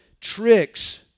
tricks